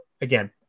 Again